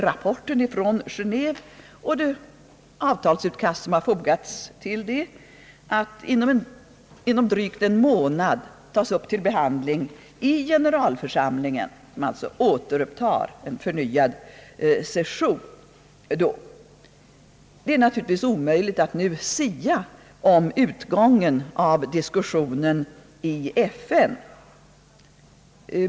Rapporten från Genéve och det avtalsutkast som har fogats till den kommer att inom drygt en månad tas upp till behandling i generalförsamlingen, som alltså då börjar en förnyad session. Det är naturligtvis omöjligt att nu sia om utgången av diskussionen i FN.